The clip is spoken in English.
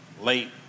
late